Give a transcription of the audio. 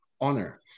honor